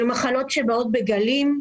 אלו מחלות שבאות בגלים,